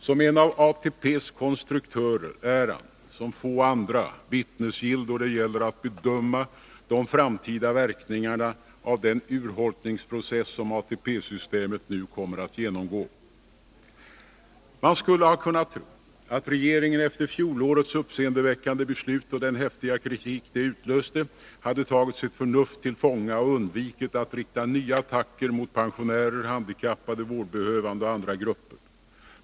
Som en av ATP:s konstruktörer är han som få andra vittnesgill då det gäller att bedöma de framtida verkningarna av den urholkningsprocess som ATP-systemet nu kommer att genomgå. Man skulle ha kunnat tro, att regeringen efter fjolårets uppseendeväckande beslut och den häftiga kritik det utlöste hade tagit sitt förnuft till fånga och undvikit att rikta nya attacker mot pensionärer, handikappade, vårdbehövande och andra grupper.